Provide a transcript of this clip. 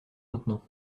maintenant